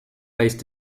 based